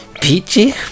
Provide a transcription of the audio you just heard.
peachy